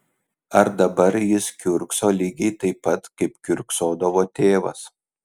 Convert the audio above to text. ar dabar jis kiurkso lygiai taip pat kaip kiurksodavo tėvas